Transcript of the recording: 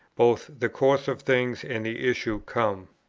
both the course of things and the issue come.